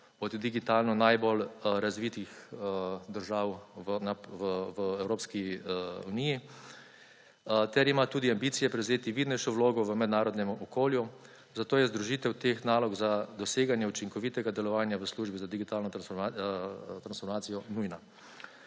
eno od digitalno najbolj razvitih držav v Evropski uniji ter ima tudi ambicije prevzeti vidnejšo vlogo v mednarodnem okolju, zato je združitev teh nalog za doseganje učinkovitega delovanja v službi za digitalno transformacijo nujna.